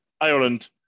Ireland